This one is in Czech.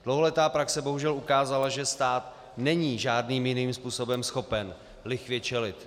Dlouholetá praxe bohužel ukázala, že stát není žádným jiným způsobem schopen lichvě čelit.